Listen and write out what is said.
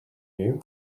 you